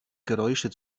geräusche